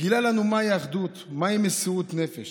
הוא גילה לנו מהי אחדות, מהי מסירות נפש.